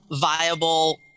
viable